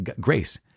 grace